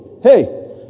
hey